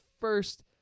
first